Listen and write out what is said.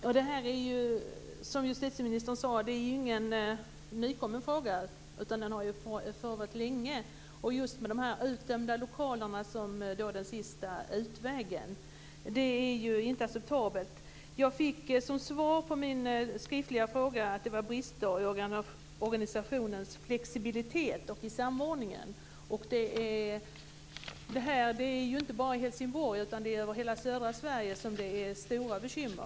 Fru talman! Det är ju ingen ny fråga, precis som justitieministern sade. Den har ju förekommit länge. Man har haft dessa utdömda lokaler som den sista utvägen. Det är inte acceptabelt. Som svar på min skriftliga fråga fick jag veta att det fanns brister i organisationens flexibilitet och i samordningen. Detta gäller inte bara i Helsingborg, utan det är stora bekymmer i hela södra Sverige.